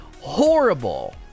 horrible